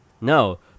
No